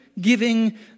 giving